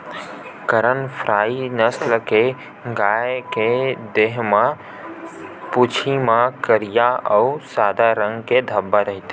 करन फ्राइ नसल के गाय के देहे म, पूछी म करिया अउ सादा रंग के धब्बा रहिथे